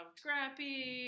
scrappy